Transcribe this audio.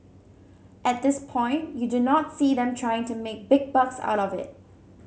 at this point you do not see them trying to make big bucks out of it